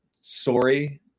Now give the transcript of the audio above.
sorry